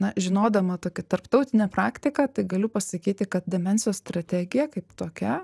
na žinodama tokią tarptautinę praktiką tai galiu pasakyti kad demencijos strategija kaip tokia